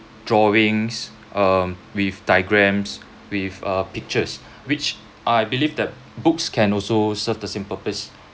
drawings um with diagrams with uh pictures which I believe that books can also serve the same purpose